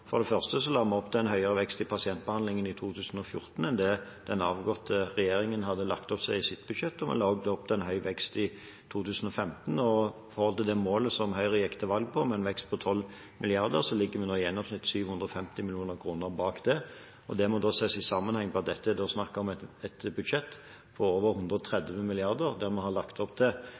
For det første la vi opp til en høyere vekst i pasientbehandlingen i 2014 enn det den avgåtte regjeringen hadde lagt opp til i sitt budsjett, og vi la også opp til en høy vekst i 2015. I forhold til det målet som Høyre gikk til valg på, med en vekst på 12 mrd. kr, ligger vi nå i gjennomsnitt 750 mill. kr bak det, og det må ses i sammenheng med at det er snakk om et budsjett på over 130 mrd. kr, der vi gjennom våre to budsjetter har lagt opp til